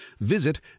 visit